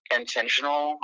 intentional